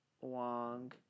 Wong